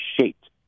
shaped